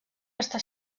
està